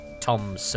Tom